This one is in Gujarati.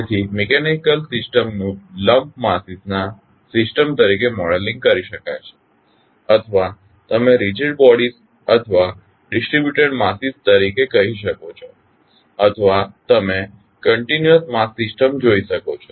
તેથી મિકેનીકલ સિસ્ટમ્સ નું લમ્પડ માસીસ નાં સિસ્ટમ તરીકે મોડેલિંગ કરી શકાય છે અથવા તમે રીઝીડ બોડીઝ અથવા ડીસ્ટ્રીબ્યુટેડ માસીસ તરીકે કહી શકો છો અથવા તમે કંટીન્યુઅસ માસ સિસ્ટમ જોઈ શકો છો